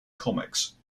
comics